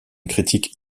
critique